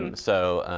um so,